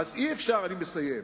אני מסיים.